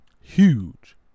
Huge